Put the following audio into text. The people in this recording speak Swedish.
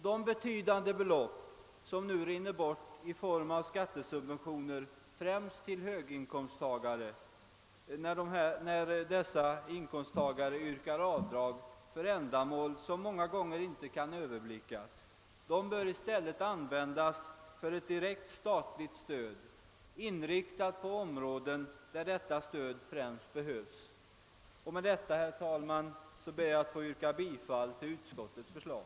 De betydande belopp som nu rinner bort i form av skattesubventioner, främst till höginkomsttagare som yrkar avdrag för ändamål som många gånger inte kan överblickas, bör i stället användas för ett direkt statligt stöd, inriktat på områden där detta stöd främst behövs. Med detta, herr talman, ber jag att få yrka bifall till utskottets förslag.